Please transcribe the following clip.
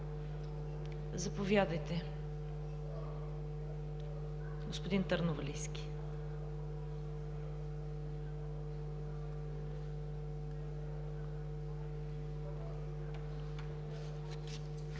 Заповядайте, господин Търновалийски.